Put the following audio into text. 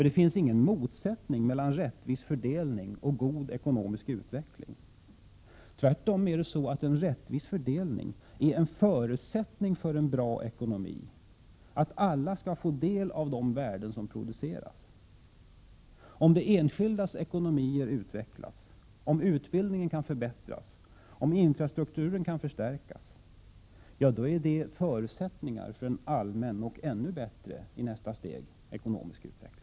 Det finns ingen motsättning mellan rättvis fördelning och god ekonomisk utveckling. Tvärtom är en rättvis fördelning en förutsättning för en bra ekonomi, att alla skall få del av de värden som produceras. Om de enskildas ekonomi utvecklas, utbildningen kan förbättras och infrastrukturen förstärkas, är det förutsättningar för en allmän och, i nästa steg, ännu bättre ekonomisk utveckling.